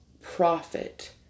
profit